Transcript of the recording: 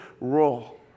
role